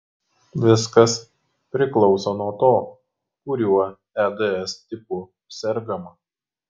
viskas priklauso nuo to kuriuo eds tipu sergama